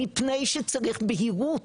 מפני שצריך בהירות.